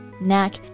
neck